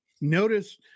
Notice